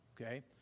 Okay